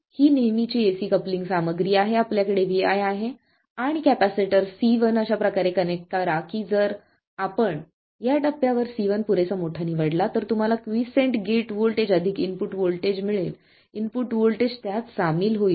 ही नेहमीची AC AC coupling सामग्री आहे आपल्याकडे vi आहे आणि कपॅसिटर C1 अशाप्रकारे कनेक्ट करा की जर आपण या टप्प्यावर C1 पुरेसा मोठा निवडला तर तुम्हाला क्वीसेंट गेट व्होल्टेजअधिक इनपुट व्होल्टेज मिळेल इनपुट व्होल्टेज त्यात सामील होईल